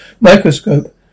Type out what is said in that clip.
microscope